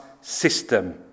system